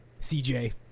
CJ